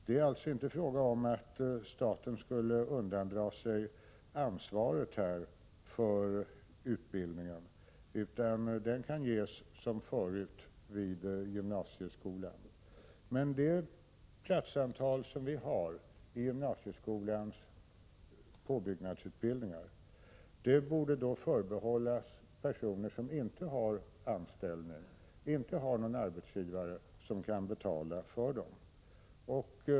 Det är alltså inte fråga om att staten skulle undandra sig ansvaret för utbildningen, som kan ges som förut vid gymnasieskolan, men det platsantal som vi har i gymnasieskolans påbyggnadsutbildningar borde förbehållas personer som inte har någon anställning, inte har någon arbetsgivare som kan betala för dem.